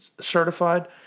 certified